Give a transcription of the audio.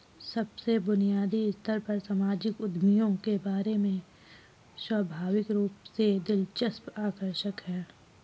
सबसे बुनियादी स्तर पर सामाजिक उद्यमियों के बारे में स्वाभाविक रूप से दिलचस्प आकर्षक है